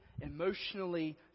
emotionally